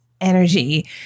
energy